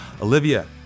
Olivia